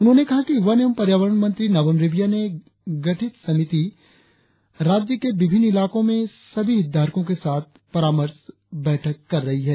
उन्होंने कहा कि वन एवं पर्यावरण मंत्री नाबम रेबिया ने गठित समिति राज्य के विभिन्न इलाकों में सभी हितधारकों के साथ परामर्श बैठक कर रही है